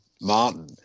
Martin